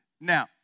Now